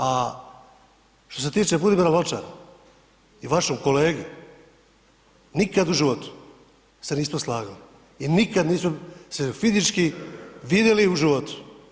A što se tiče Budimira Lončara, i vaše kolege, nikada u životu, se nismo slagali i nikada nismo se fizički vidjeli u životu.